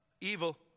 Evil